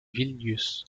vilnius